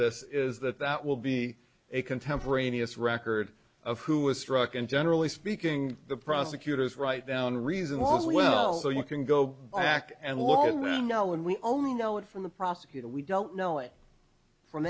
this is that that will be a contemporaneous record of who was struck and generally speaking the prosecutors write down reason was well so you can go back and look i don't really know and we only know it from the prosecutor we don't know it from